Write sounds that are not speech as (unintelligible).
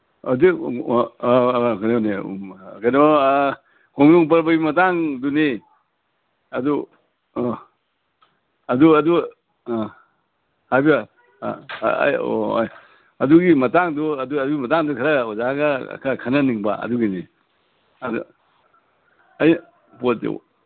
ꯀꯩꯅꯣꯅꯦ ꯀꯩꯅꯣ ꯈꯣꯝꯖꯣꯝ ꯄꯔꯕꯒꯤ ꯃꯇꯥꯡꯗꯨꯅꯦ ꯑꯗꯨ ꯑꯗꯨ ꯑꯗꯨ ꯍꯥꯏꯕꯤꯌꯨ ꯑꯩ ꯑꯣ ꯑꯗꯨꯒꯤ ꯃꯇꯥꯡꯗꯨ ꯑꯗꯨ ꯑꯗꯨꯒꯤ ꯃꯇꯥꯡꯗꯨ ꯈꯔ ꯑꯣꯖꯥꯒ ꯈꯔ ꯈꯟꯅꯅꯤꯡꯕ ꯑꯗꯨꯒꯤꯅꯤ ꯑꯗꯨ ꯑꯩ (unintelligible)